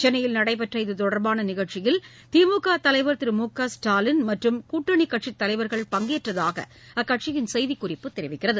சென்னையில் நடைபெற்ற இதுதொடர்பான நிகழ்ச்சியில் திமுக தலைவர் திரு மு க ஸ்டாலின் மற்றும் கூட்டணிக் கட்சித் தலைவர்கள் பங்கேற்றதாக அக்கட்சியின் செய்திக் குறிப்பு தெரிவிக்கிறது